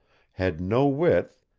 had no width,